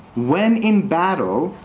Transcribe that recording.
when in battle,